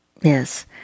Yes